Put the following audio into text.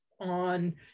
on